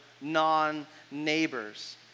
non-neighbors